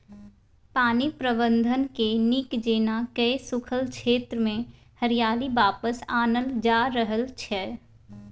पानि प्रबंधनकेँ नीक जेना कए सूखल क्षेत्रमे हरियाली वापस आनल जा रहल छै